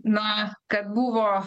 na kad buvo